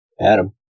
Adam